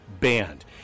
banned